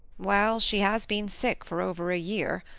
well, she has been sick for over a year,